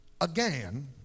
again